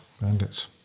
Bandits